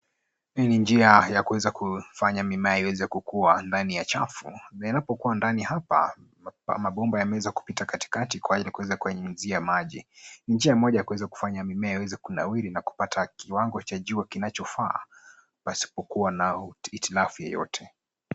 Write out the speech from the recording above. Hii ni njia ya kuweza kufanya mimea iweze kukua ndani ya chafu. Na inapokuwa hapa, mabomba yameweza kupita katikati kwa ajili ya kuweza kuyanyunyizia maji.ni njia moja ya kuweza kufanya mimea iweze kunawiri na kupata kuwango cha jua kinachofaa basi kukuwa na hitilafu yoyote.